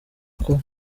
uko